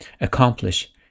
accomplish